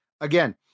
again